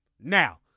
Now